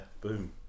boom